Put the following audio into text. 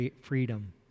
freedom